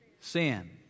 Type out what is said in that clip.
Sin